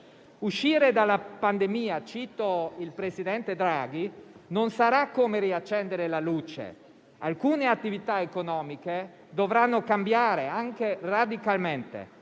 Uscire dalla pandemia - cito il presidente Draghi - non sarà come riaccendere la luce; alcune attività economiche dovranno cambiare, anche radicalmente.